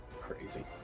Crazy